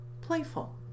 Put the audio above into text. playful